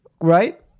right